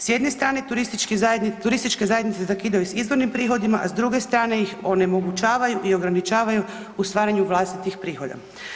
S jedne strane, turističke zajednice zakidaju s izvornim prihodima, a s druge strane ih onemogućavaju i ograničavaju u stvaranju vlastitih prihoda.